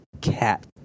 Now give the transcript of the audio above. cat